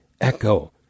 echo